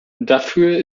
dafür